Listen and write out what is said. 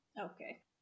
Okay